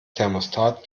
thermostat